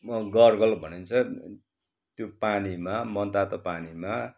म गर्गल भनिन्छ त्यो पानीमा मन तातो पानीमा